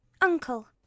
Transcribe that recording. Uncle